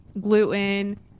gluten